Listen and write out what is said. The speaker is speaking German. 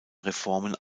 reformen